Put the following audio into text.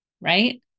right